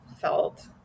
felt